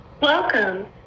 Welcome